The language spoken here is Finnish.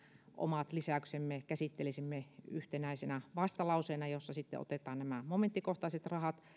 omat lisäyksemme käsittelisimme yhtenäisenä vastalauseena jossa sitten otetaan nämä momenttikohtaiset rahat